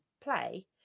play